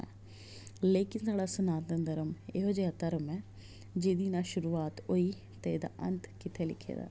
लेकिन साढ़ा सनातन धर्म ऐहो जेहा धर्म ऐ जेह्दी ना शुरूआत होई ते एह्दा अंत कि'त्थें लिखे दा